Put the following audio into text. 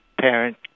parent